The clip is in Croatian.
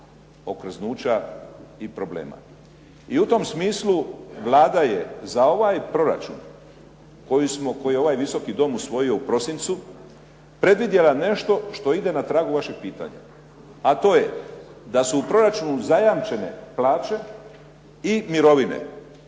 okrznuća i problema. I u tom smislu Vlada je za ovaj proračun koji je ovaj Visoki dom usvojio u prosincu predvidjela nešto što ide na tragu vašeg pitanja. A to je da su u proračunu zajamčene plaće i mirovine